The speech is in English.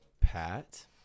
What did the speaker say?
Pat